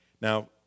Now